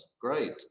great